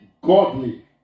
godly